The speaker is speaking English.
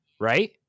Right